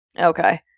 Okay